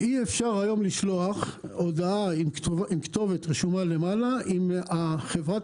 אי אפשר היום לשלוח הודעה עם כתובת רשומה למעלה אם חברת